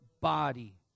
body